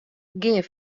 gean